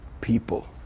people